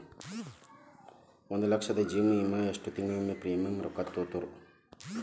ಒಂದ್ ಲಕ್ಷದ ಜೇವನ ವಿಮಾಕ್ಕ ಎಷ್ಟ ತಿಂಗಳಿಗೊಮ್ಮೆ ಪ್ರೇಮಿಯಂ ರೊಕ್ಕಾ ತುಂತುರು?